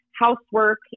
housework